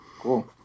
cool